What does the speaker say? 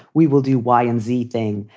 we will do y and z thing.